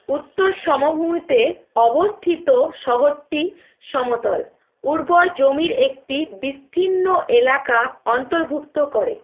উত্তর সমভূমিতে অবস্থিত শহরটি সমতল উর্বর জমির একটি বিস্তীর্ণ এলাকা অন্তর্ভুক্ত করে